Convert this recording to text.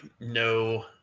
no